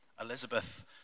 Elizabeth